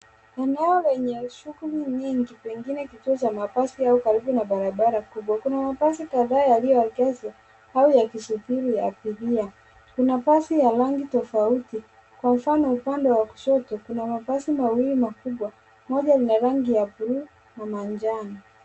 Eneo lenye shughuli nyingi pengine kituo cha mabasi au babarabara kubwa. Kuna mabasi kadhaa yaliyoegeshwa au yakisubiri abiria. Kuna basi ya rangi tofauti kwa mfano upande wa kushoto kuna mabasi mawili makubwa ,moja lina rangi ya bluu na manjano .